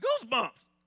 goosebumps